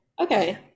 okay